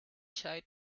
side